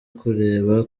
kureba